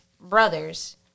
brothers